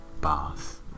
bath